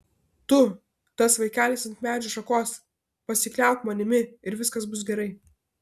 tu tas vaikelis ant medžio šakos pasikliauk manimi ir viskas bus gerai